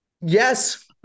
Yes